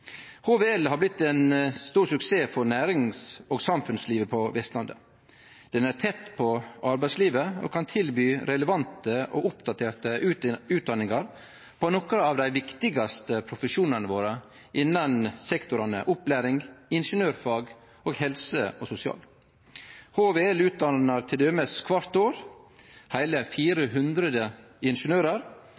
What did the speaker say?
er tett på arbeidslivet og kan tilby relevante og oppdaterte utdanningar på nokre av dei viktigaste profesjonane våre innan sektorane opplæring, ingeniørfag og helse og sosial. HVL utdannar t.d. kvart år heile